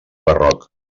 barroc